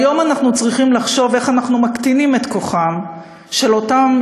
היום אנחנו צריכים לחשוב איך אנחנו מקטינים את כוחם של אותם